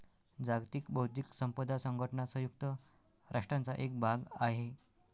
जागतिक बौद्धिक संपदा संघटना संयुक्त राष्ट्रांचा एक भाग आहे